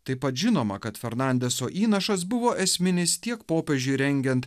taip pat žinoma kad fernandeso įnašas buvo esminis tiek popiežiui rengiant